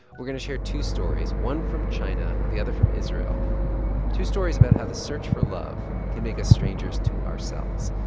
we're going to share two stories one from china, the other from israel two stories about how the search for love can make us strangers to ourselves.